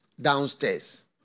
downstairs